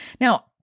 Now